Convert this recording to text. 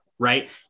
Right